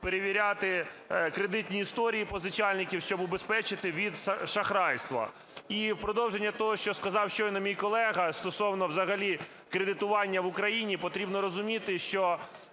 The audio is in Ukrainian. перевіряти кредитні історії позичальників, щоб убезпечити від шахрайства. І в продовження того, що сказав щойно мій колега - стосовно взагалі кредитування в Україні, - потрібно розуміти, що